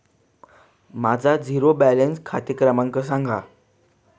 माझा zero balance खाते क्रमांक सांगा